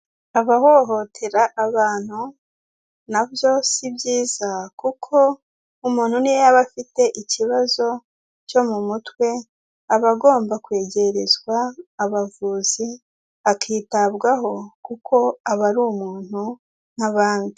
Abahohotera abantu na byo si byiza kuko umuntu niyo yaba afite ikibazo cyo mu mutwe, aba agomba kwegerezwa abavuzi, akitabwaho kuko aba ari umuntu nk'abandi.